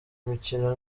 imikino